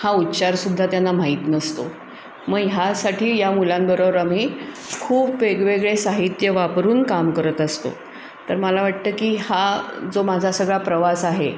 हा उच्चारसुद्धा त्यांना माहीत नसतो मग ह्यासाठी या मुलांबरोबर आम्ही खूप वेगवेगळे साहित्य वापरून काम करत असतो तर मला वाटतं की हा जो माझा सगळा प्रवास आहे